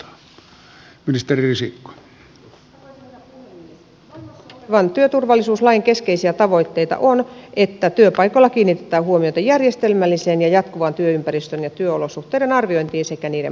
voimassa olevan työturvallisuuslain keskeisiä tavoitteita on että työpaikoilla kiinnitetään huomiota järjestelmälliseen ja jatkuvaan työympäristön ja työolosuhteiden arviointiin sekä niiden parantamiseen